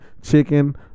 chicken